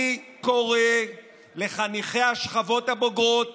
אני קורא לחניכי השכבות הבוגרות